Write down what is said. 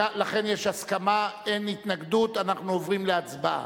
לכן יש הסכמה, אין התנגדות, אנחנו עוברים להצבעה.